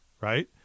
right